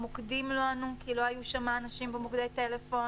המוקדים לא ענו כי לא היו אנשים במוקדי הטלפון.